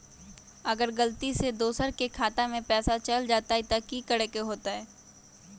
अगर गलती से दोसर के खाता में पैसा चल जताय त की करे के होतय?